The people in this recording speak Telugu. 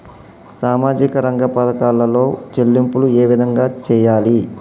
సామాజిక రంగ పథకాలలో చెల్లింపులు ఏ విధంగా చేయాలి?